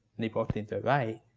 and they both think they're right.